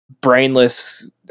brainless